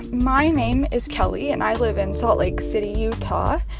my name is kelly. and i live in salt lake city, utah.